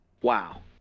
Wow